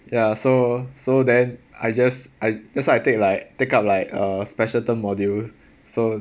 ya so so then I just I that's why I take like take up like uh special term module so